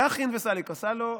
"גחין וסליק" עשה לו,